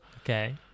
Okay